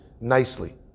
nicely